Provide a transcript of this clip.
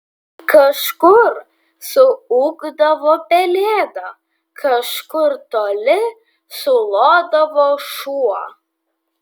kažkur suūkdavo pelėda kažkur toli sulodavo šuo